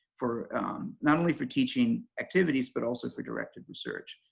for not only for teaching activities but also for directed research.